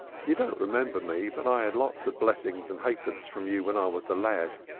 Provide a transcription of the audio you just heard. you don't remember me, but i had lots of blessings and halfpence from you when i was a lad.